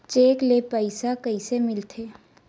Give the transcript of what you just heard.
Cheque ले पईसा कइसे मिलथे?